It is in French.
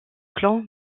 clan